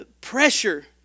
pressure